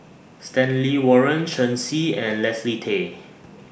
Stanley Warren Shen Xi and Leslie Tay